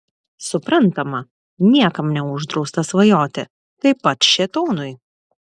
suprantama niekam neuždrausta svajoti taip pat šėtonui